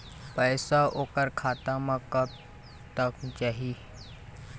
पैसा ओकर खाता म कब तक जाही?